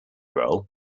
role